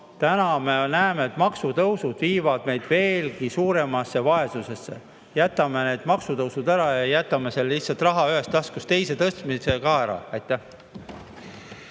Nüüd me näeme, et maksutõusud viivad meid veelgi suuremasse vaesusse. Jätame need maksutõusud ära ja jätame sellise lihtsalt raha ühest taskust teise tõstmise ka ära. Aitäh!